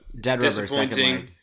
disappointing